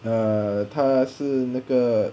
ah 他是那个